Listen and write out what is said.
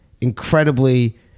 incredibly